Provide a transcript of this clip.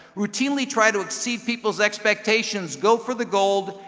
routinely try to exceed people's expectations. go for the gold.